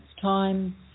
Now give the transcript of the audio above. time